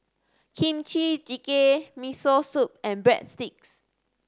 Kimchi Jjigae Miso Soup and Breadsticks